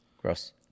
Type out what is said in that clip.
Gross